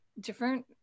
different